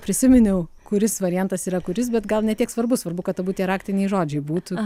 prisiminiau kuris variantas yra kuris bet gal ne tiek svarbu svarbu kad abu tie raktiniai žodžiai būtų